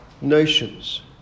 nations